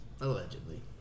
Allegedly